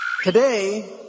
Today